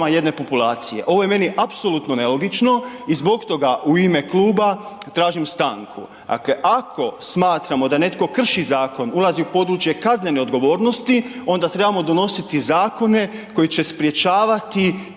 jedne populacije, ovo je meni apsolutno nelogično i zbog toga u ime kluba tražim stanku, dakle ako smatramo da netko krši zakon, ulazi u područje kaznene odgovornosti onda trebamo donositi zakone koji će sprječavati